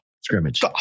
scrimmage